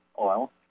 oil